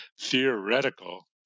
theoretical